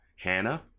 Hannah